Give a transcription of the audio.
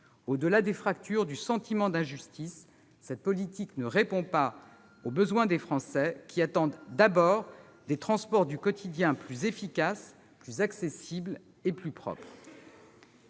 Au-delà des fractures, du sentiment d'injustice, cette politique ne répond pas aux besoins des Français, qui attendent d'abord des transports du quotidien plus efficaces, plus accessibles et plus propres.